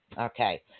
Okay